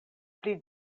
pli